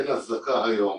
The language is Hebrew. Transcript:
אין הצדקה היום